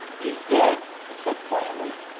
he's dead, he said quietly.